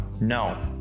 No